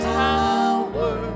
tower